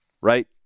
right